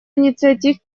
инициатив